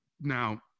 Now